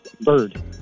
Bird